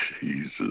Jesus